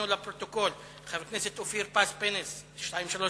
התשס"ט (13 במאי 2009): פורסם כי אופן הפינוי של עודפי העפר מחפירת